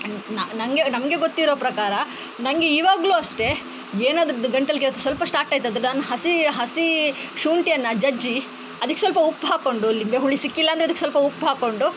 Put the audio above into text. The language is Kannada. ನ ನನಗೆ ನಮಗೆ ಗೊತ್ತಿರೋ ಪ್ರಕಾರ ನನಗೆ ಈವಾಗಲೂ ಅಷ್ಟೇ ಏನಾದ್ರು ಅದು ಗಂಟಲು ಕೆರೆತ ಸ್ವಲ್ಪ ಸ್ಟಾರ್ಟಾಯ್ತು ಅಂದರೆ ನಾನು ಹಸಿ ಹಸಿ ಶುಂಠಿಯನ್ನು ಜಜ್ಜಿ ಅದಕ್ಕೆ ಸ್ವಲ್ಪ ಉಪ್ಪು ಹಾಕಿಕೊಂಡು ಲಿಂಬೆ ಹುಳಿ ಸಿಕ್ಕಿಲ್ಲ ಅಂದರೆ ಅದಕ್ಕೆ ಸ್ವಲ್ಪ ಉಪ್ಪು ಹಾಕಿಕೊಂಡು